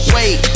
Wait